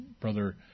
Brother